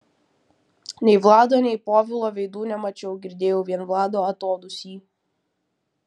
nei vlado nei povilo veidų nemačiau girdėjau vien vlado atodūsį